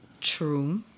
True